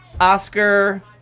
Oscar